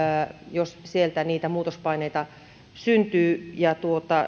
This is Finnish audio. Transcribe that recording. jos sieltä niitä muutospaineita syntyy ja